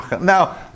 Now